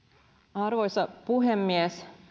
arvoisa puhemies